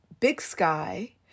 bigsky